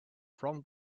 from